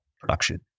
production